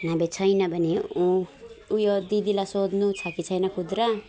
नभए छैन भने ऊ ऊ यो दिदीलाई सोध्नु छ कि छैन खुद्रा